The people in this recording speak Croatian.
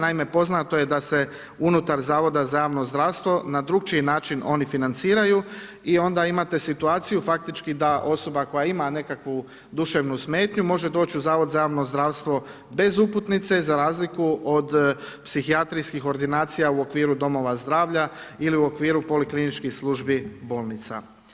Naime, poznato je da se unutar Zavoda za javno zdravstvo na drukčiji način oni financiraju i onda imate situaciju faktički da osoba koja ima nekakvu duševnu smetnju može doći u Zavod za javno zdravstvo bez uputnice, za razliku od psihijatrijskih ordinacija u okviru domova zdravlja ili u okviru polikliničkih službi bolnica.